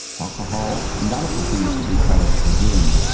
alcohol, none of the things that we kind of presume,